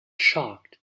shocked